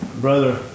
Brother